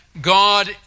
God